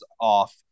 off